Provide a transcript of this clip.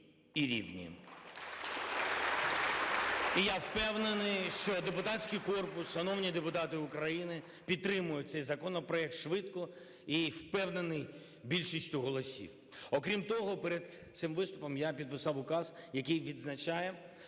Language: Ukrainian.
І я впевнений, що депутатський корпус, шановні народні депутати України підтримають цей законопроект швидко, і впевнений, більшістю голосів. Окрім того, перед цим виступом я підписав указ, який відзначає